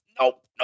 nope